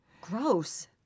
Gross